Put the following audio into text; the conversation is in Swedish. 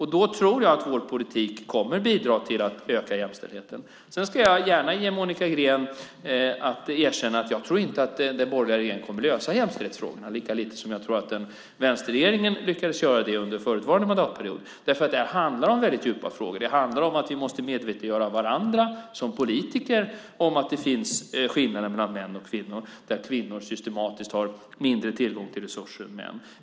Jag tror att vår politik kommer att bidra till att öka jämställdheten. Jag ska gärna erkänna för Monica Green att jag inte tror att den borgerliga regeringen kommer att lösa jämställdhetsfrågorna - lika lite som vänsterregeringen lyckades göra det under förutvarande mandatperiod. Detta handlar om mycket djupa frågor. Det handlar om att vi måste medvetandegöra varandra som politiker att det finns skillnader mellan män och kvinnor där kvinnor systematiskt har mindre tillgång till resurser än män.